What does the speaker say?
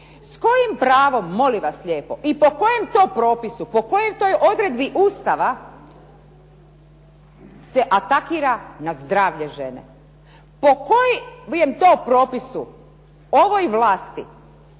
S kojim pravom, molim vas lijepo, i po kojem to propisu, po kojoj toj odredbi Ustava se atakira na zdravlje žene? Po kojem to propisu ovoj vlasti